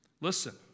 listen